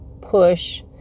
push